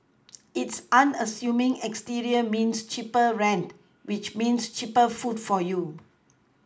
its unassuming exterior means cheaper rent which means cheaper food for you